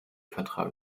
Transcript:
vertrag